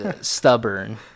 stubborn